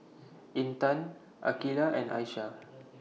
Intan Aqeelah and Aisyah